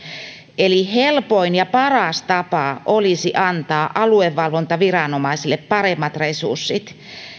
eli helpoin ja paras tapa olisi antaa aluevalvontaviranomaisille paremmat resurssit